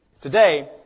Today